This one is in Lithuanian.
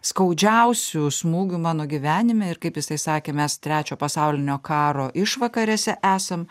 skaudžiausių smūgių mano gyvenime ir kaip jisai sakė mes trečio pasaulinio karo išvakarėse esam